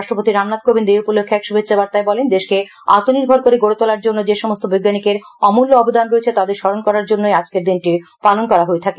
রাষ্ট্রপতি রামনাথ কোবিন্দ এই উপলক্ষ্যে এক শুভেচ্ছা বার্তায় বলেন দেশকে আত্মনির্ভর করে গড়ে তোলার জন্য যে সমস্ত বৈজ্ঞানিকের অমূল্য অবদান রয়েছে তাদের স্মরণ করার জন্য আজকের দিনটি পালন করা হয়ে থাকে